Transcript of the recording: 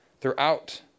throughout